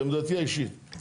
את עמדתי האישית.